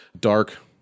Dark